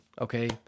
Okay